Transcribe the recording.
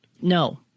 No